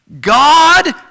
God